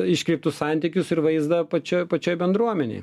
iškreiptus santykius ir vaizdą pačioj pačioj bendruomenėj